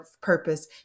purpose